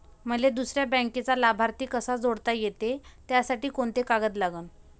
मले दुसऱ्या बँकेचा लाभार्थी कसा जोडता येते, त्यासाठी कोंते कागद लागन?